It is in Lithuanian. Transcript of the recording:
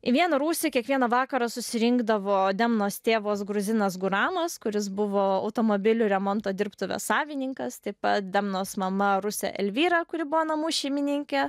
į vieną rūsį kiekvieną vakarą susirinkdavo demnos tėvas gruzinas guramas kuris buvo automobilių remonto dirbtuvės savininkas taip pat demnos mama rusė elvyra kuri buvo namų šeimininkė